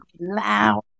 loud